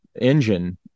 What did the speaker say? engine